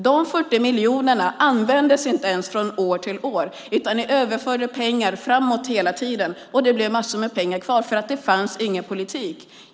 De 40 miljonerna användes inte ens från år till år, utan ni överförde hela tiden pengar framåt. Det blev massor med pengar kvar för att det inte fanns någon politik.